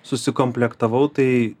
susikomplektavau tai